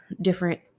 different